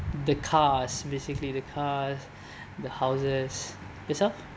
the cars basically the cars the houses yourself